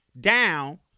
down